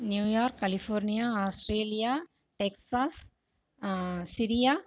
New York California Australia Texas மம் Syria